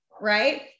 right